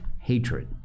hatred